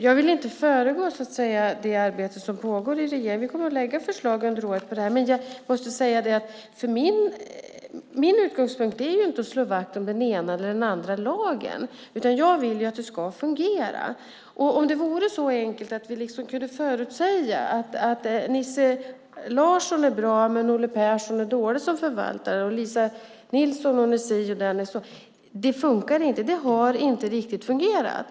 Jag vill inte föregå det arbete som pågår i regeringen - under året kommer vi att lägga fram förslag på området - men jag måste säga att min utgångspunkt inte är att slå vakt om den ena eller den andra lagen, utan jag vill att det ska fungera. Tänk om det vore så enkelt att vi liksom kunde förutsäga att Nisse Larsson är bra men att Olle Persson är dålig som förvaltare, eller att Lisa Nilsson är si och den och den är så. Det fungerar dock inte - det där har inte riktigt fungerat.